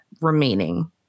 remaining